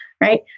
right